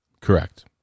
Correct